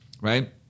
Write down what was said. right